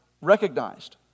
recognized